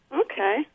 Okay